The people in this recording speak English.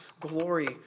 glory